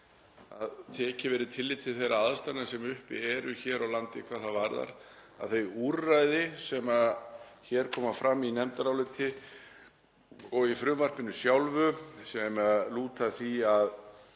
að tekið verði tillit til þeirra aðstæðna sem uppi eru hér á landi hvað það varðar að þau úrræði sem hér koma fram í nefndaráliti og í frumvarpinu sjálfu varðandi